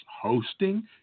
hosting